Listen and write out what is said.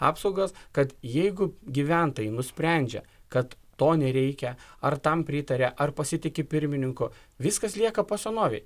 apsaugos kad jeigu gyventojai nusprendžia kad to nereikia ar tam pritaria ar pasitiki pirmininku viskas lieka po senovei